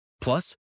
Plus